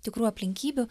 tikrų aplinkybių